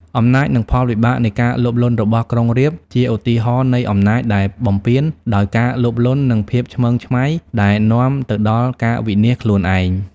អំណាច និងផលវិបាកនៃការលោភលន់របស់ក្រុងរាពណ៍ជាឧទាហរណ៍នៃអំណាចដែលបំពានដោយការលោភលន់ និងភាពឆ្មើងឆ្មៃ ដែលនាំទៅដល់ការវិនាសខ្លួនឯង ។